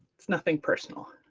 it's nothing personal.